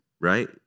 Right